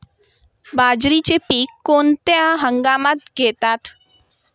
बाजरीचे पीक कोणत्या हंगामात घेतात?